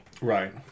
Right